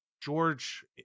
George